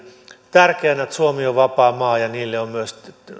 tärkeänä että suomi on vapaa maa ja niille on myös